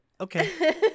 okay